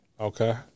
Okay